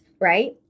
right